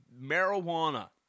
marijuana